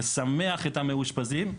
לשמח את המאושפזים,